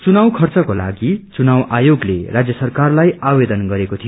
घुनाव खर्चको लागि घुनाव आयोग्ले राज्य सरकारलाई आवेदन गरेको थियो